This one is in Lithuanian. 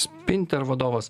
sprinter vadovas